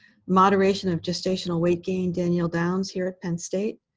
moderation of gestational weight gain, danielle downs here at penn state.